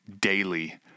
daily